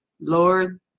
Lord